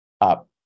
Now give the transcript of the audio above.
up